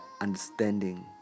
understanding